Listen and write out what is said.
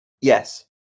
Yes